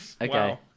Okay